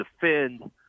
defend